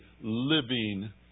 living